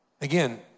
Again